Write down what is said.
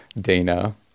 Dana